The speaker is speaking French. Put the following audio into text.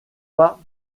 pas